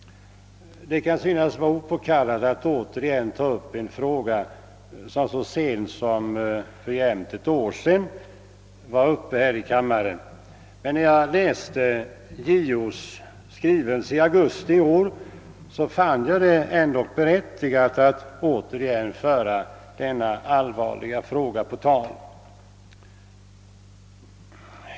Det kan synas opåkallat att ta upp en fråga som så sent som för ett år sedan behandlades här i kammaren, men när jag läste JO:s skrivelse i augusti i år fann jag det motiverat att åter föra denna allvarliga fråga på tal.